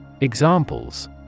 Examples